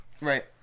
Right